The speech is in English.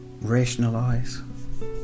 rationalize